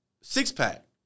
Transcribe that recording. Six-pack